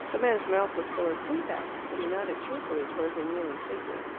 the man's mouth was full of tin-tacks, but he nodded cheerfully towards a kneeling figure.